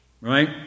right